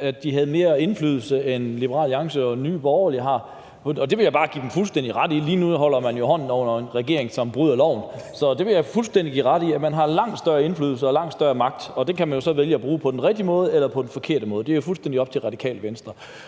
at de havde mere indflydelse, end Liberal Alliance og Nye Borgerlige har, og det vil jeg bare give dem fuldstændig ret i. Lige nu holder man jo hånden under en regering, som bryder loven. Så det vil jeg give dem fuldstændig ret i. Man har langt større indflydelse og langt større magt, og det kan man jo så vælge at bruge på den rigtige måde eller på den forkerte måde. Det er jo fuldstændig op til Radikale Venstre.